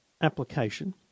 application